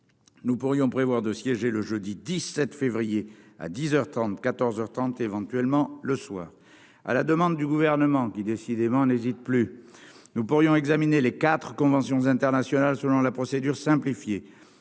nous pourrions prévoir de siéger le jeudi 17 février à 10 heures 30, 14 heures 30 éventuellement le soir à la demande du gouvernement, qui décidément n'hésitent plus, nous pourrions examiner les quatres conventions internationales selon la procédure simplifiée,